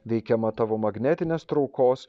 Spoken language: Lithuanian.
veikiama tavo magnetinės traukos